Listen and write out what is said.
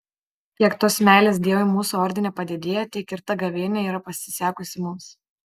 kiek tos meilės dievui mūsų ordine padidėja tiek ir ta gavėnia yra pasisekusi mums